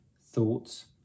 thoughts